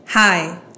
Hi